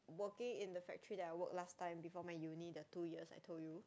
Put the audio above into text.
working in the factory that I work last time before my uni the two years I told you